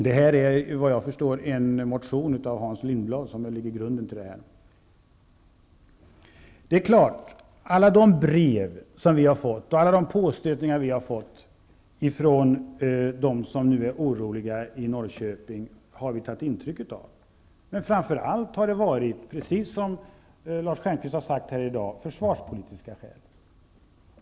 Det är enligt vad jag förstår en motion av Hans Lindblad som ligger till grund för detta yrkande. Alla de brev och andra påstötningar som vi har fått från dem som nu är oroliga i Norrköping har vi naturligtvis tagit intryck av. Men framför allt har det, precis som Lars Stjernkvist har sagt här i dag, funnits försvarspolitiska skäl.